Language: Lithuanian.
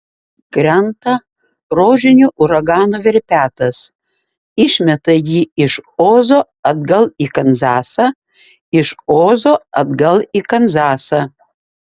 krenta rožinio uragano verpetas išmeta jį iš ozo atgal į kanzasą iš ozo atgal į kanzasą